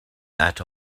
that